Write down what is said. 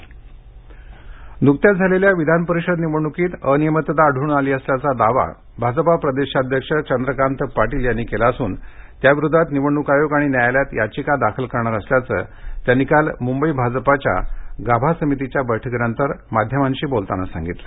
चंद्रकांत पाटील नुकत्याच झालेल्या विधान परिषद निवडणुकीत अनियमितता आढळून आली असल्याचा दावा भाजपा प्रदेशाध्यक्ष चंद्रकांतदादा पाटील यांनी केला असून त्याविरोधात निवडणूक आयोग आणि न्यायालयात याचिका दाखल करणार असल्याचे त्यांनी काल मुंबई भाजपच्या गाभा समितीच्या बैठकीनंतर पाटील माध्यमांशी बोलताना सांगितलं